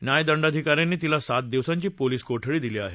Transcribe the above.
न्यायदंडाधिकाऱ्यांनी तिला सात दिवसांची पोलीस कोठडी दिली आहे